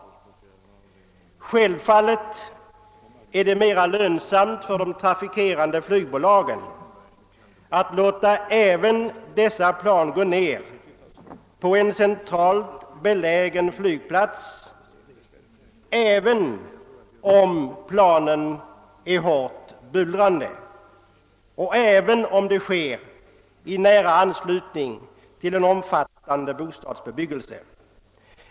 Självfallet är det mera lönsamt för de trafikerande flygbolagen att låta också dessa plan gå ned på en centralt belägen flygplats, även om planen är hårt bullrande och även om det sker i nära anslutning till en omfattande bostadsbebyggelse.